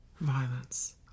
violence